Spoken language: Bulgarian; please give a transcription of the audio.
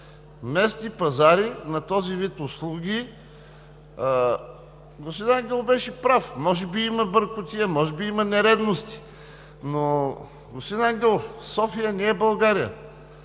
Местни пазари на този вид услуги… Господин Ангелов беше прав – може би има бъркотия, може би има нередности, но, господин Ангелов, София не е България.